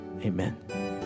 amen